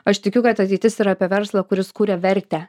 aš tikiu kad ateitis yra apie verslą kuris kuria vertę